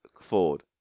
Ford